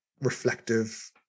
reflective